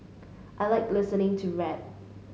I like listening to rap